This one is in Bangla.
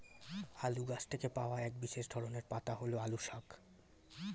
আলু গাছ থেকে পাওয়া এক বিশেষ ধরনের পাতা হল আলু শাক